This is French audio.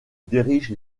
dirige